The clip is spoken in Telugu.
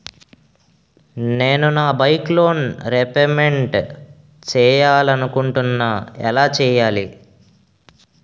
నేను నా బైక్ లోన్ రేపమెంట్ చేయాలనుకుంటున్నా ఎలా చేయాలి?